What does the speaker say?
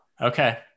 Okay